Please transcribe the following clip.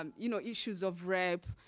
um you know issues of rape.